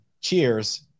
Cheers